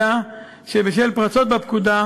אלא שבשל פרצות בפקודה,